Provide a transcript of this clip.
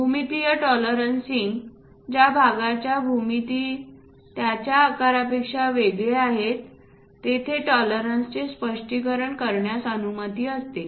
भूमितीय टॉलरन्सिंगसाठी ज्या भागाच्या भूमिती त्याच्या आकारापेक्षा वेगळे आहे तेथे टॉलरन्सचे स्पष्टीकरण करण्यास अनुमती असते